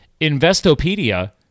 Investopedia